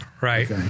Right